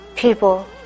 People